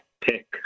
pick